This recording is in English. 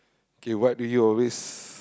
okay what do you always